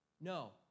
No